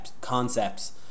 concepts